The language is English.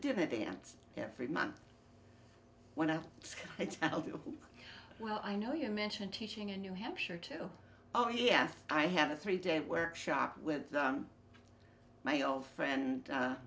dividends every month when i do well i know you mentioned teaching in new hampshire too oh yes i have a three day workshop with my old friend